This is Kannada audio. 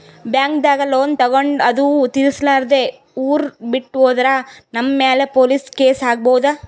ಬ್ಯಾಂಕ್ದಾಗ್ ಲೋನ್ ತಗೊಂಡ್ ಅದು ತಿರ್ಸಲಾರ್ದೆ ಊರ್ ಬಿಟ್ಟ್ ಹೋದ್ರ ನಮ್ ಮ್ಯಾಲ್ ಪೊಲೀಸ್ ಕೇಸ್ ಆಗ್ಬಹುದ್